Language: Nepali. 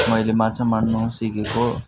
मैले माछा मार्न सिकेको